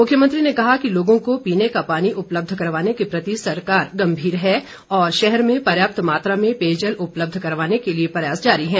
मुख्यमंत्री ने कहा कि लोगों को पीने का पानी उपलब्ध करवाने के प्रति सरकार गंभीर है और शहर में पर्याप्त मात्रा में पयेजल उपलब्ध करवाने के लिए प्रयास जारी है